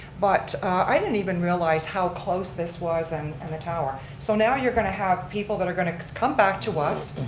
but i didn't even realize how close this was in and and the tower. so, now you're going to have people that are going to come back to us,